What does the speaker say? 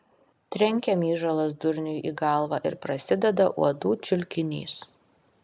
trenkia myžalas durniui į galvą ir prasideda uodų čiulkinys